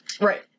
right